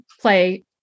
play